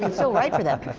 and so write for them.